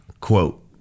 quote